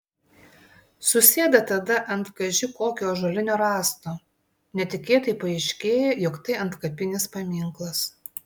susėda tada ant kaži kokio ąžuolinio rąsto netikėtai paaiškėja jog tai antkapinis paminklas